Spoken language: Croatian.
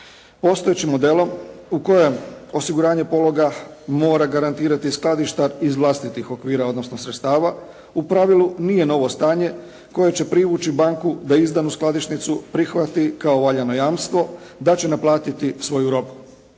postojećim modelom u kojem osiguranje pologa mora garantirati skladištar iz vlastitih okvira, odnosno sredstava, u pravilu nije novo stanje koje će privući banku da izdanu skladišnicu prihvati kao valjano jamstvo, da će naplatiti svoju robu.